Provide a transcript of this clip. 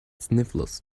sniffles